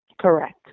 Correct